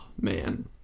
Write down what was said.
man